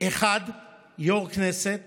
אחד ליו"ר הכנסת